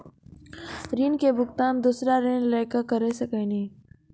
ऋण के भुगतान दूसरा ऋण लेके करऽ सकनी?